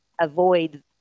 avoid